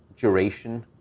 duration,